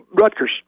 Rutgers